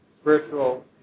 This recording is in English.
spiritual